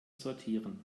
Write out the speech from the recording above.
sortieren